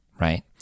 right